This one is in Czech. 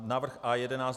Návrh A11.